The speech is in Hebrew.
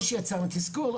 או שיצרנו תסכול,